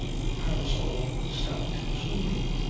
the parasol stopped swinging.